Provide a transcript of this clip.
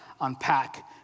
unpack